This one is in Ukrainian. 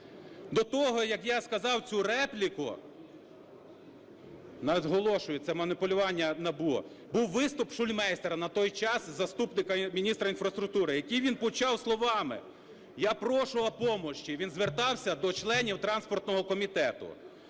До того, як я сказав цю репліку, наголошую, це маніпулювання НАБУ, був виступ Шульмейстера, на той час заступника міністра інфраструктури, який він почав словами: "Я прошу о помощи". Він звертався до членів транспортного комітету: